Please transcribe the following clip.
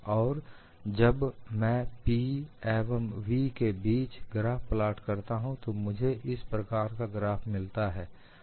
और जब मैं पी एवं वी के बीच 'P versus v' graph plot करता हूं तो मुझे इस प्रकार का ग्राफ मिलता है